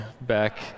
back